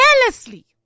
carelessly